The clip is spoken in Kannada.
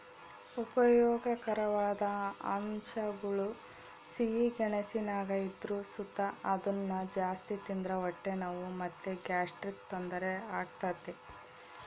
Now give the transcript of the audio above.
ಉಪಯೋಗಕಾರವಾದ ಅಂಶಗುಳು ಸಿಹಿ ಗೆಣಸಿನಾಗ ಇದ್ರು ಸುತ ಅದುನ್ನ ಜಾಸ್ತಿ ತಿಂದ್ರ ಹೊಟ್ಟೆ ನೋವು ಮತ್ತೆ ಗ್ಯಾಸ್ಟ್ರಿಕ್ ತೊಂದರೆ ಆಗ್ತತೆ